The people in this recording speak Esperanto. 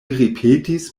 ripetis